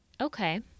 Okay